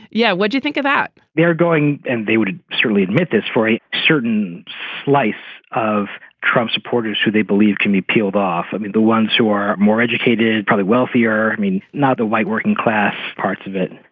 yeah. what do you think of that? they are going and they would certainly admit this for a certain slice of trump supporters who they believe can be peeled off. i mean, the ones who are more educated, probably wealthier. i mean, not the white working class parts of it.